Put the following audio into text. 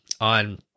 on